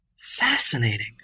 Fascinating